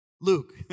Luke